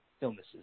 illnesses